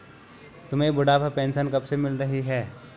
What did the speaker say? तुम्हें बुढ़ापा पेंशन कब से मिल रही है?